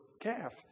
calf